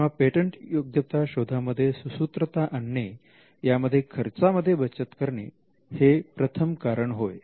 तेव्हा पेटंटयोग्यता शोधामध्ये सुसूत्रता आणणे यामध्ये खर्चामध्ये बचत करणे हे प्रथम कारण होय